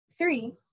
Three